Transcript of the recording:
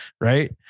right